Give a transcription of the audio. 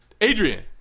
Adrian